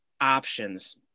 options